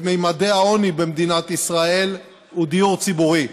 ממדי העוני במדינת ישראל הוא דיור ציבורי.